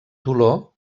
dolor